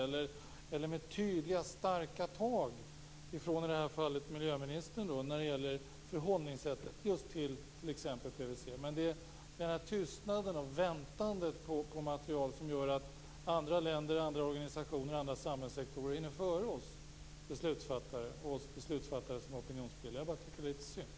Det kräver tydliga starka tag från, i det här fallet, miljöministern när det gäller förhållningssättet till t.ex. PVC. Det är tystnaden och väntandet på material som gör att andra länder, andra organisationer och andra samhällssektorer hinner före oss beslutsfattare som opinionsbildare. Jag tycker att det är litet synd.